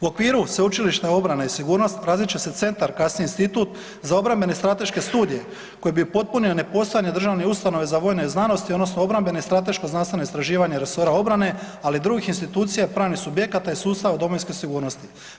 U okviru sveučilišne obrane i sigurnosti, razvit će se centar kasnije institut za obrambene i strateške studije koji bi upotpunio nepostojanje državne ustanove za vojne znanosti odnosno obrambene i strateško-znanstvena istraživanja resora obrane ali i drugih institucija pravnih subjekata i sustava domovinske sigurnosti.